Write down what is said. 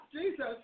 Jesus